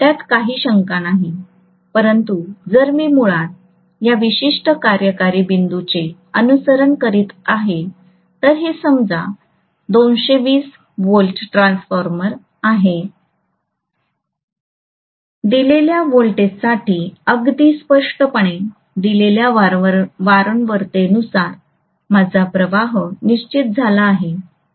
यात काही शंका नाही परंतु जर मी मुळात या विशिष्ट कार्यकारी बिंदूचे अनुसरण करीत आहे तर हे समजा 220 व्ही ट्रान्सफॉर्मर असे आहे दिलेल्या व्होल्टेजसाठी अगदी स्पष्टपणे दिलेल्या वारंवारतेनुसार माझा प्रवाह निश्चित झाला आहे